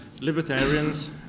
libertarians